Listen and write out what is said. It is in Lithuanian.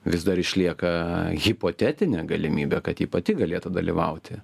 vis dar išlieka hipotetinė galimybė kad ji pati galėtų dalyvauti